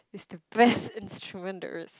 is the best instrument there is